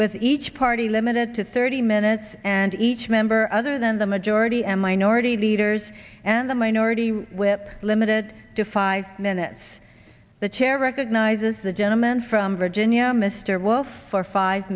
with each party limited to thirty minutes and each member other than the majority and minority leaders and a minority whip limited to five minutes the chair recognizes the gentleman from virginia mr wolf for five